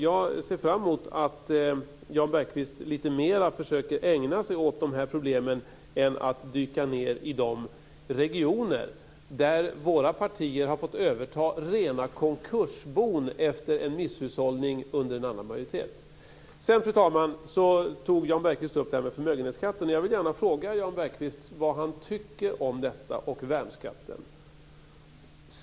Jag ser fram emot att Jan Bergqvist försöker ägna sig åt de här problemen lite mer än åt att dyka ned i de regioner där våra partier har fått överta rena konkursbon efter en misshushållning under en annan majoritet. Fru talman! Jan Bergqvist tog sedan upp det här med förmögenhetsskatten. Jag vill gärna fråga Jan Bergqvist vad han tycker om detta och om värnskatten.